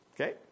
Okay